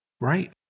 Right